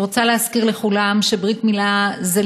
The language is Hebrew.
אני רוצה להזכיר לכולם שברית-מילה זאת